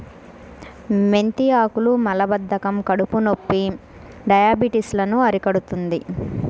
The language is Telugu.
మెంతి ఆకులు మలబద్ధకం, కడుపునొప్పి, డయాబెటిస్ లను అరికడుతుంది